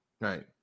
Right